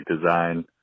design